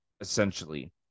essentially